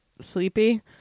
sleepy